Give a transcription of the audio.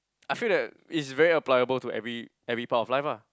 I feel that it's very appliable to every every part of life ah